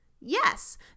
Yes